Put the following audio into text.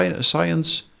science